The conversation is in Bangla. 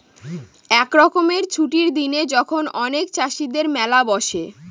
এক রকমের ছুটির দিনে যখন অনেক চাষীদের মেলা বসে